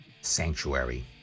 Sanctuary